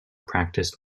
practiced